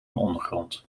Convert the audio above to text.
ondergrond